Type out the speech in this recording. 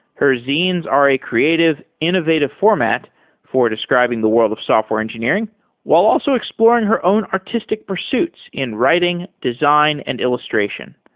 her zines are a creative, innovative format for describing the world of software engineering while also exploring her own artistic pursuits in writing, design and illustration.